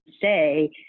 say